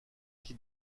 qui